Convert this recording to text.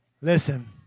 Listen